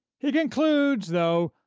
he concludes, though,